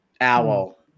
Owl